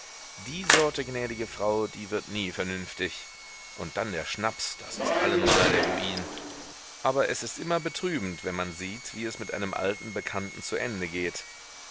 die sorte gnädige frau die wird nie vernünftig und dann der schnaps das ist allemal der ruin aber es ist immer betrübend wenn man sieht wie es mit einem alten bekannten zu ende geht